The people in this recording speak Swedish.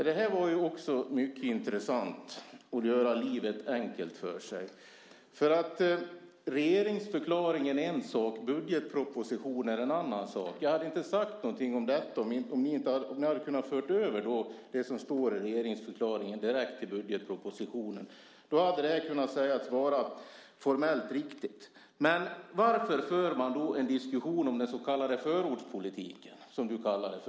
Herr talman! Det här var mycket intressant. Det är att göra livet enkelt för sig. Regeringsförklaringen är en sak, och budgetpropositionen är en annan. Jag hade inte sagt någonting om detta om ni hade kunnat föra över det som står i regeringsförklaringen direkt till budgetpropositionen. Då hade det här kunnat sägas vara formellt riktigt. Men varför för man då en diskussion om den så kallade förordspolitiken, som du kallar den?